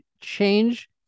change